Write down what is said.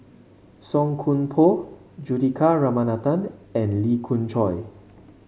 Song Koon Poh Juthika Ramanathan and Lee Khoon Choy